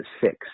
six